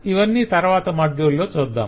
ఇవన్ని తరవాత మాడ్యూల్స్ లో చూద్దాం